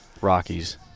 Rockies